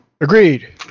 agreed